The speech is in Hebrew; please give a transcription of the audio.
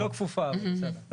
היא לא כפופה, אבל בסדר.